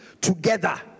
together